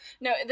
No